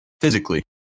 physically